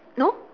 no